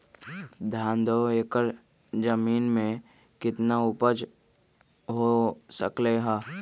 धान दो एकर जमीन में कितना उपज हो सकलेय ह?